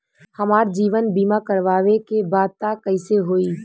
हमार जीवन बीमा करवावे के बा त कैसे होई?